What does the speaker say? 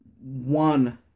one